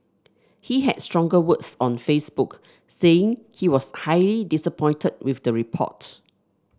he had stronger words on Facebook saying he was highly disappointed with the report